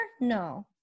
No